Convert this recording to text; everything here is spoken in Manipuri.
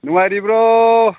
ꯅꯨꯡꯉꯥꯏꯔꯤꯕ꯭ꯔꯣ